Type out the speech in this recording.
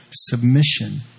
Submission